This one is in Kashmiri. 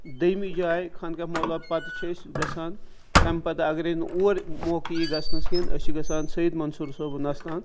دیٚمہِ جایہِ خان کہہ مولا پَتہٕ چھِ أسۍ گژھان تَمہِ پَتہٕ اَگرٕے نہٕ اور موقع یہِ گژھنَس کہیٖنۍ أسۍ چھِ گژھان سٔید مَنسوٗر صٲبُن اَستان